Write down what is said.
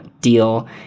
deal